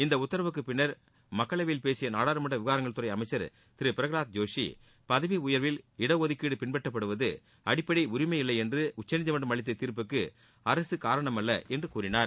இந்த உத்தரவுக்கு பின்னர் மக்களவையில் பேசிய நாடாளுமன்ற விவகாரங்கள் துறை அமைச்சர் திரு பிரகலாத் ஜோஷி பதவி உயர்வில் இடஒதுக்கீடு பின்பற்றப்படுவது அடிப்படை உரிமை இல்லை என்று உச்சநீதிமன்றம் அளித்த தீர்ப்புக்கு அரசு காரணமல்ல என்று கூறினார்